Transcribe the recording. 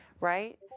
Right